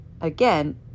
again